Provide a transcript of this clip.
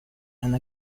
and